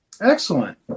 excellent